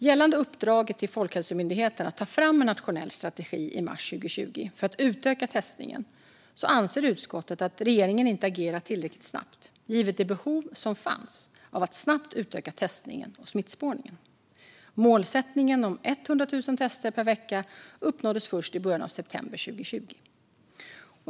Gällande uppdraget till Folkhälsomyndigheten att ta fram en nationell strategi i mars 2020 för att utöka testningen anser utskottet att regeringen inte agerade tillräckligt snabbt givet det behov som fanns av att snabbt utöka testningen och smittspårningen. Målsättningen om 100 000 tester per vecka uppnåddes först i början av september 2020.